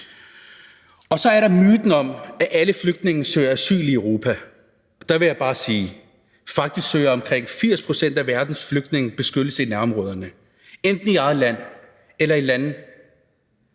om. Så er der myten om, at alle flygtninge søger asyl i Europa. Der vil jeg bare sige, at faktisk søger omkring 80 pct. af verdens flygtninge beskyttelse i nærområderne, enten i eget land eller i lande